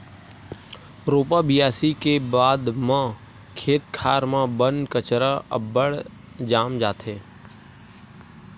रोपा बियासी के बाद म खेत खार म बन कचरा अब्बड़ जाम जाथे